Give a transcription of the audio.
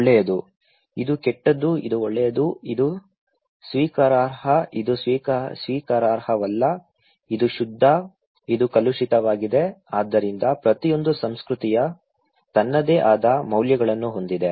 ಒಳ್ಳೆಯದು ಇದು ಕೆಟ್ಟದು ಇದು ಒಳ್ಳೆಯದು ಇದು ಸ್ವೀಕಾರಾರ್ಹ ಇದು ಸ್ವೀಕಾರಾರ್ಹವಲ್ಲ ಇದು ಶುದ್ಧ ಇದು ಕಲುಷಿತವಾಗಿದೆ ಆದ್ದರಿಂದ ಪ್ರತಿಯೊಂದು ಸಂಸ್ಕೃತಿಯು ತನ್ನದೇ ಆದ ಮೌಲ್ಯಗಳನ್ನು ಹೊಂದಿದೆ